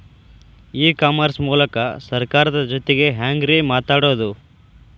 E commerce ಮೂಲಕ ಸರ್ಕಾರದ ಜೊತಿಗೆ ಹ್ಯಾಂಗ್ ರೇ ಮಾತಾಡೋದು?